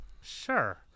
Sure